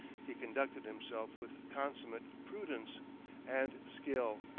he conducted himself with consummate prudence and skill.